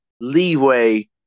leeway